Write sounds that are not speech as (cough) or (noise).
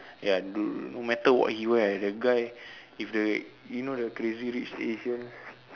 ya no matter what he wear the guy (breath) if the you know the crazy rich asians